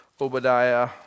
Obadiah